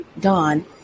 Dawn